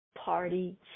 party